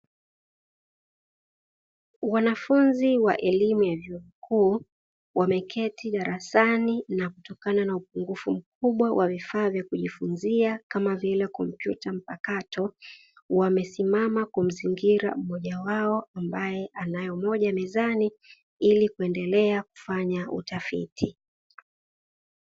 Wanafunzi wa elimu ya vyuo vikuu wameketi darasani na kutokana na upungufu mkubwa wa vifaa vya kujifunzia kama vile kompyuta mpakato, wamesimama kumzingira mmoja wao ambaye anayo moja mezani, ili kuendelea kufanya utafiti.